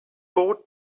four